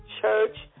Church